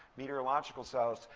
meteorological satellites.